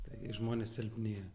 tai žmonės silpnėja